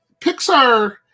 Pixar